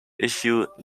issue